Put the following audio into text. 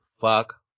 Fuck